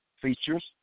features